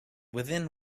within